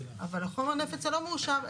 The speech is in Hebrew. אבל חומר הנפץ הלא מאושר,